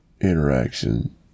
interaction